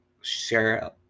share